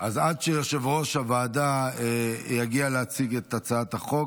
אז עד שיושב-ראש הוועדה יגיע להציג את הצעת החוק,